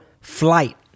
flight